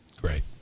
Great